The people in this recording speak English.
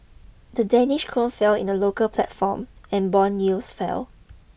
the Danish krone fell in the local platform and bond yields fell